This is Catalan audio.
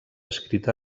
escrita